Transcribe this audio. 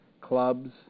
clubs